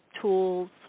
tools